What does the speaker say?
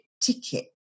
ticket